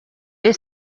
est